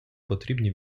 потрібні